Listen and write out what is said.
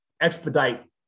expedite